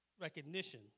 recognition